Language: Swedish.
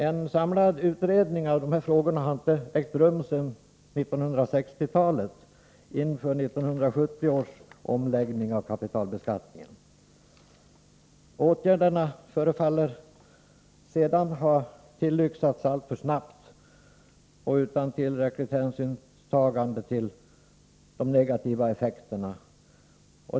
En samlad utredning av de här frågorna har inte ägt rum sedan på 1960-talet inför 1970 års omläggning av kapitalbeskattningen. De åtgärder som har vidtagits förefaller att ha tillyxats alltför snabbt och utan tillräckligt hänsynstagande till de negativa effekterna.